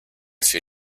für